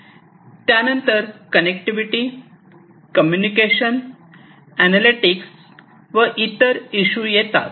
त्यानं त्यानंतर connectivity communication analytics व इतर इशू येतात